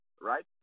right